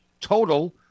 total